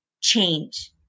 change